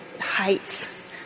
heights